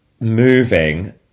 moving